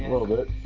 little bit.